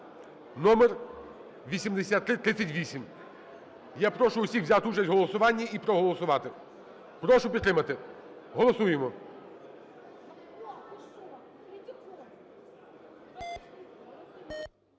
№8338. Я прошу всіх взяти участь в голосуванні і проголосувати. Прошу підтримати, голосуємо.